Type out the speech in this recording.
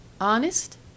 Honest